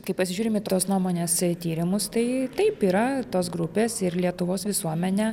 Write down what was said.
kai pasižiūrime į tos nuomonės tyrimus tai taip yra tos grupės ir lietuvos visuomenė